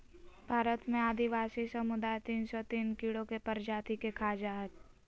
भारत में आदिवासी समुदाय तिन सो तिन कीड़ों के प्रजाति के खा जा हइ